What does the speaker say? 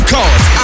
Cause